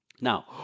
Now